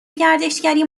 گردشگری